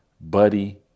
Buddy